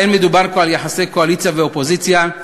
לא מדובר פה על יחסי קואליציה ואופוזיציה.